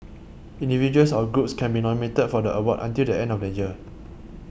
individuals or groups can be nominated for the award until the end of the year